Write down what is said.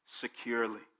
securely